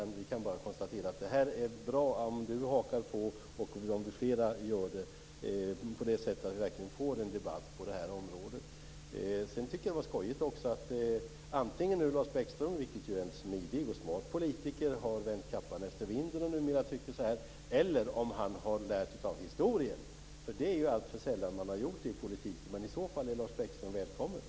Jag kan bara konstatera att det är bra om Lars Bäckström hakar på, och om flera gör det. På det sättet kan vi få en debatt på det här området. Sedan tycker jag att det var skojigt att Lars Bäckström, som ju är en smidig och smart politiker, antingen har vänt kappan efter vinden och numera tycker så här eller har lärt av historien. Det har man ju gjort alltför sällan i politiken. Men i så fall är Lars